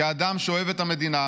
כאדם שאוהב את המדינה,